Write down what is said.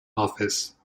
office